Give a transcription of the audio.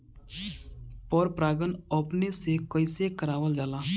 पर परागण अपने से कइसे करावल जाला?